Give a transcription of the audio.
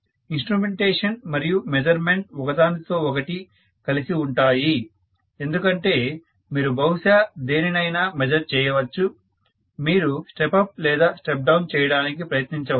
instrumentation మరియు measurement ఒకదానితో ఒకటి కలిసి ఉంటాయి ఎందుకంటే మీరు బహుశా దేనినైనా మెజర్ చేయవచ్చు మీరు స్టెప్ అప్ లేదా స్టెప్ డౌన్ చేయడానికి ప్రయత్నించవచ్చు